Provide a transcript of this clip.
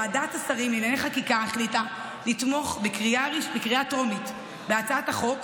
ועדת השרים לענייני חקיקה החליטה לתמוך בקריאה טרומית בהצעת החוק.